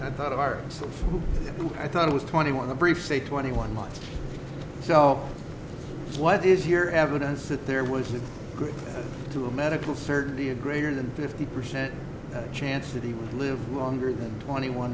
i thought our so i thought it was twenty one a brief say twenty one months so what is your evidence that there was a good to a medical certainty a greater than fifty percent chance that he would live longer than twenty one